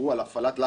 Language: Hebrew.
מה שראיתם